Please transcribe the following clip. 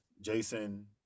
Jason